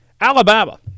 Alabama